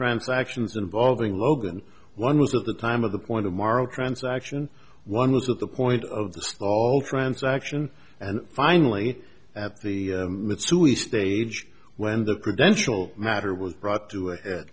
transactions involving logan one was at the time of the point tomorrow transaction one was at the point of the stall transaction and finally at the mitsui stage when the prudential matter was brought to